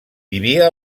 vivia